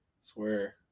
Swear